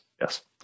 Yes